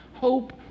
Hope